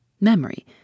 memory